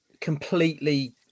completely